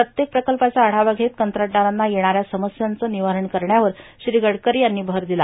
प्रत्येक प्रकल्पाचा आढावा षेत कंत्राटदारांना येणाऱ्या समस्यांचं निवारण करण्यावर श्री गडकरी यांनी भर दिला